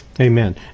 Amen